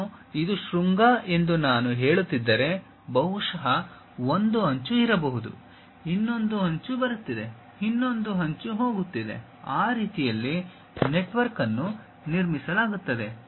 ಏನೋ ಇದು ಶೃಂಗ ಎಂದು ನಾನು ಹೇಳುತ್ತಿದ್ದರೆ ಬಹುಶಃ ಒಂದು ಅಂಚು ಇರಬಹುದು ಇನ್ನೊಂದು ಅಂಚು ಬರುತ್ತಿದೆ ಇನ್ನೊಂದು ಅಂಚು ಹೋಗುತ್ತಿದೆ ಆ ರೀತಿಯಲ್ಲಿ ನೆಟ್ವರ್ಕ್ ಅನ್ನು ನಿರ್ಮಿಸಲಾಗುತ್ತದೆ